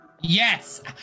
Yes